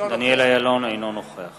אינו נוכח